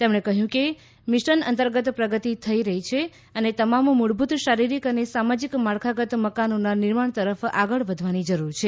તેમણે કહ્યું કે મિશન અંતર્ગત પ્રગતિ થઇ રહી છે અને તમામ મૂળભૂત શારીરિક અને સામાજિક માળખાગત મકાનોના નિર્માણ તરફ આગળ વધવાની જરૂર છે